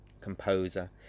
composer